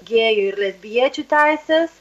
gėjų ir lesbiečių teises